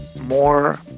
more